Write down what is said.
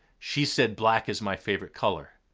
she said black is my favorite color.